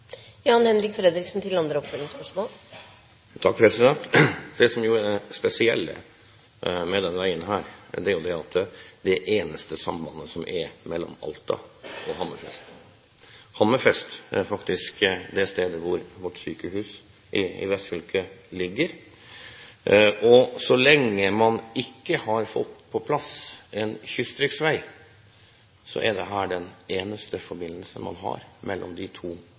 det spesielle med denne veien, er at den er det eneste sambandet mellom Alta og Hammerfest. Hammerfest er faktisk det stedet vårt sykehus i vestfylket ligger. Så lenge man ikke har fått på plass en kystriksvei, er dette den eneste forbindelsen man har mellom de to